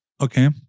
okay